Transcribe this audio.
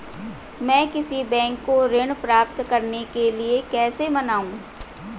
मैं किसी बैंक को ऋण प्राप्त करने के लिए कैसे मनाऊं?